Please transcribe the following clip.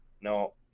No